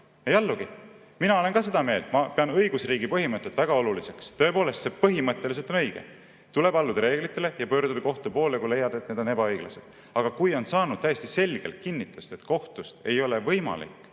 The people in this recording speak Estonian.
Ei allugi. Mina olen ka seda meelt. Ma pean õigusriigi põhimõtet väga oluliseks, tõepoolest, see põhimõtteliselt on õige, tuleb alluda reeglitele ja pöörduda kohtu poole, kui leiad, et need on ebaõiglased. Aga kui on saanud täiesti selgelt kinnitust, et kohtust ei ole võimalik